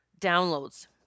downloads